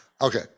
Okay